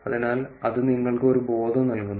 അതിനാൽ അത് നിങ്ങൾക്ക് ഒരു ബോധം നൽകുന്നു